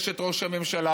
אשת ראש הממשלה,